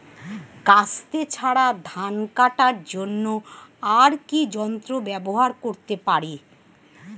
কাস্তে ছাড়া ধান কাটার জন্য আর কি যন্ত্র ব্যবহার করতে পারি?